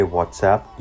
WhatsApp